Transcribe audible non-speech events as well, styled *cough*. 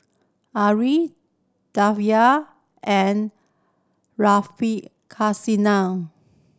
Alluri *unintelligible* and Radhakrishnan